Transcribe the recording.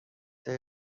کلی